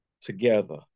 together